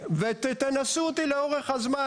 תנסו אותי לאורך הזמן.